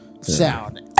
sound